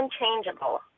unchangeable